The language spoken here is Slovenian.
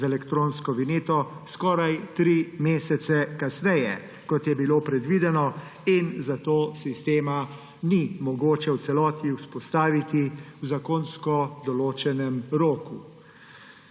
z elektronsko vinjeto skoraj 3 mesece kasneje, kot je bilo predvideno. Zato sistema ni mogoče v celoti vzpostaviti v zakonsko določenem roku.